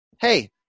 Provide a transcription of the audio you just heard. Hey